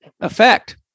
effect